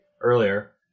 earlier